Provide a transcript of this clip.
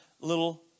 little